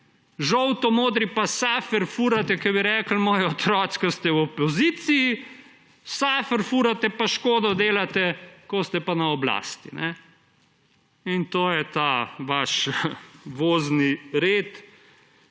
Žolto-modri pa safr furate, kot bi rekli moji otroci, ko ste v opoziciji, safr furate in škodo delate, ko ste pa na oblasti. In to je ta vaš vozni red.